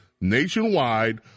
nationwide